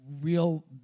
real